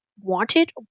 wanted